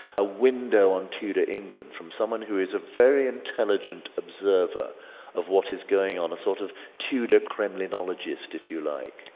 a window onto to to england from someone who is a very intelligent observer of what is going on a sort of tudor kremlinologist if you like.